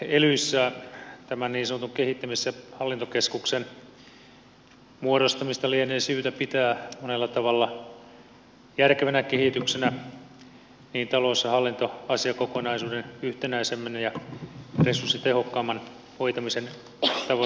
elyissä tämän niin sanotun kehittämis ja hallintokeskuksen muodostamista lienee syytä pitää monella tavalla järkevänä kehityksenä talous ja hallintoasiakokonaisuuden yhtenäisemmän ja resurssitehokkaamman hoitamisen tavoitenäkökulmasta